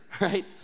right